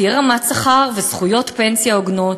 תהיה רמת שכר וזכויות פנסיה הוגנות,